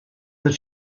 that